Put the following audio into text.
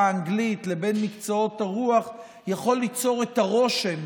האנגלית לבין מקצועות הרוח יכולה ליצור את הרושם